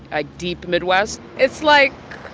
ah deep midwest it's, like,